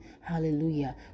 hallelujah